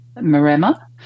Maremma